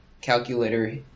calculator